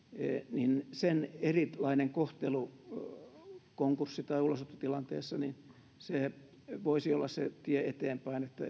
niin sen erilainen kohtelu konkurssi tai ulosottotilanteessa voisi olla se tie eteenpäin että